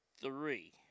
three